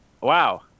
wow